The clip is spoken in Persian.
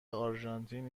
آرژانتین